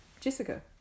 Jessica